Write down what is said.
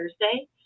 Thursday